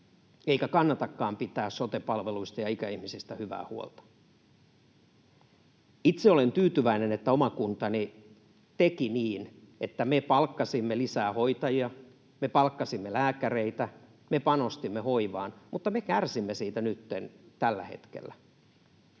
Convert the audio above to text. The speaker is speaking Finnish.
eikä kannatakaan pitää sote-palveluista ja ikäihmisistä hyvää huolta. Itse olen tyytyväinen, että oma kuntani teki niin, että me palkkasimme lisää hoitajia, me palkkasimme lääkäreitä, me panostimme hoivaan. Mutta me kärsimme siitä nyt tällä hetkellä.